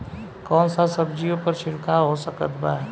कौन सा सब्जियों पर छिड़काव हो सकत बा?